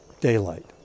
daylight